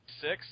six